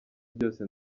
byose